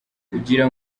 ugira